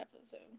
episode